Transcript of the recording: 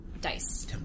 Dice